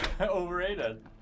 overrated